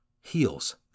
heals